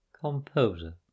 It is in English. composer